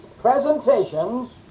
presentations